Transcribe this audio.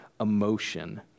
emotion